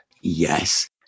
Yes